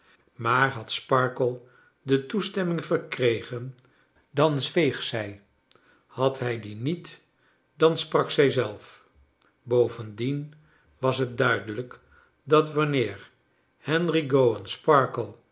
maar had sparkler de toestemming verkregen dan zweeg zij had hij die niet dan sprak zij zelf bovendien was het duidelijk dat wanneer henry